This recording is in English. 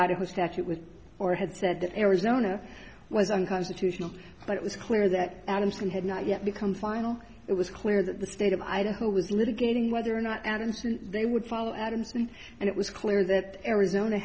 the statute with or had said arizona was unconstitutional but it was clear that adamson had not yet become final it was clear that the state of idaho was litigating whether or not and they would follow adams and it was clear that arizona